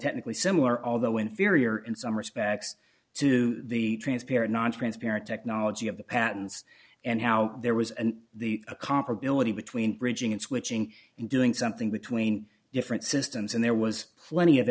technically similar although inferior in some respects to the transparent nontransparent technology of the patents and how there was and the comparability between bridging and switching and doing something between different systems and there was plenty of